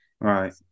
right